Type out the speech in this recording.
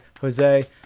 Jose